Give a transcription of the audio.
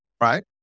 right